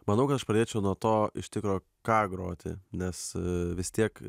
manau kad aš pradėčiau nuo to iš tikro ką groti nes vis tiek